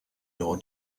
law